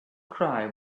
cry